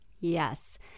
yes